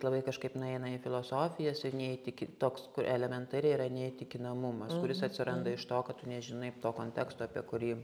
labai kažkaip nueina į filosofiją senieji tiki toks kur elementariai yra neįtikinamums kuris atsiranda iš to kad tu nežinai to konteksto apie kurį